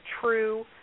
true